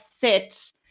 sit